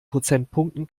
prozentpunkten